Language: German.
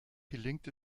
gelingt